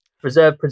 Preserve